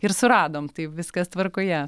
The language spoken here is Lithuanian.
ir suradom tai viskas tvarkoje